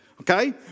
Okay